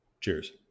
Cheers